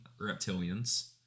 reptilians